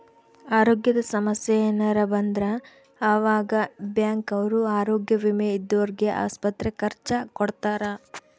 ಅರೋಗ್ಯದ ಸಮಸ್ಸೆ ಯೆನರ ಬಂದ್ರ ಆವಾಗ ಬ್ಯಾಂಕ್ ಅವ್ರು ಆರೋಗ್ಯ ವಿಮೆ ಇದ್ದೊರ್ಗೆ ಆಸ್ಪತ್ರೆ ಖರ್ಚ ಕೊಡ್ತಾರ